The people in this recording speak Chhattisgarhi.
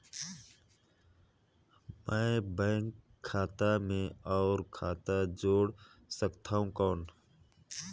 मैं बैंक खाता मे और खाता जोड़ सकथव कौन?